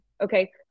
Okay